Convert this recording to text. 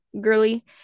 girly